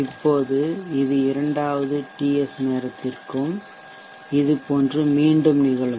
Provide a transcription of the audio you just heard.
இப்போது இது இரண்டாவது டிஎஸ் நேரத்திற்கும் இதுபோன்று மீண்டும் நிகழும்